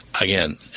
again